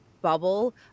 bubble